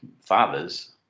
fathers